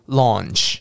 launch